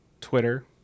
Twitter